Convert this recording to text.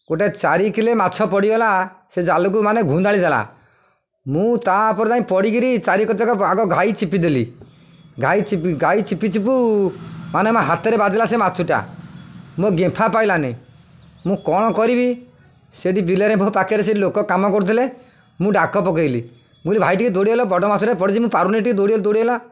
ଗୋଟେ ଚାରି କିଲୋ ମାଛ ପଡ଼ିଗଲା ସେ ଜାଲକୁ ମାନେ ଗୁନ୍ଦାଳି ଦେଲା ମୁଁ ତା'ପରେ ଯାଇଁ ପଡ଼ିକିରି ଚାରି କତକ ଆଗ ଘାଈ ଚିପିଦେଲି ଘାଈ ଚିପି ଚିପିଚିପୁ ମାନେ ମୋ ହାତରେ ବାଜିଲା ସେ ମାଛୁଟା ମୋ ଗେମ୍ଫା ପାଇଲାନି ମୁଁ କ'ଣ କରିବି ସେଇଠି ବିଲରେ ମୋ ପାଖରେ ସେ ଲୋକ କାମ କରୁଥିଲେ ମୁଁ ଡାକ ପକେଇଲି ମୁଁ କହିଲି ଭାଇ ଟିକେ ଦୌଡ଼ି ଆଇଲ ବଡ଼ ମାଛଟେ ପଡ଼ିଛି ମୁଁ ପାରୁନି ଟିକେ ଦୌଡ଼ି ଦୌଡ଼ିଗଲା